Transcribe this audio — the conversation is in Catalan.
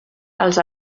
els